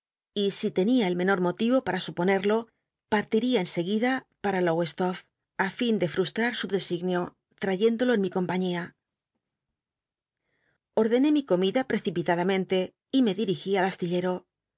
y si ten ia el menor motivo para suponerlo pa iria en seguida pma lowcstoft ti fin de ftustrar su designio ttayéndolo en mi compaiiia ordené mi comida precipitadamente y me dirigí al astillcro